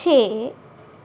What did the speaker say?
ਛੇ